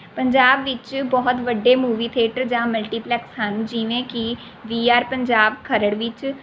ਪੰਜਾਬ ਵਿੱਚ ਬਹੁਤ ਵੱਡੇ ਮੂਵੀ ਥੇਟਰ ਜਾਂ ਮਲਟੀਪਲੈਕਸ ਹਨ ਜਿਵੇਂ ਕਿ ਵੀਆਰ ਪੰਜਾਬ ਖਰੜ ਵਿੱਚ